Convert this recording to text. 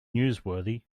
newsworthy